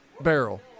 barrel